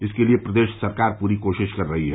इसके लिए प्रदेश सरकार पूरी कोशिश कर रही है